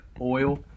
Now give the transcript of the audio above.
Oil